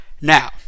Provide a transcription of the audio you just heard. Now